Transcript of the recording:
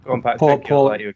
Paul